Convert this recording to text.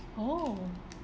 oh